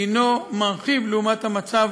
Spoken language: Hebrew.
שהוא מרחיב לעומת המצב